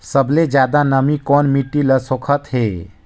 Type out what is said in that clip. सबले ज्यादा नमी कोन मिट्टी ल सोखत हे?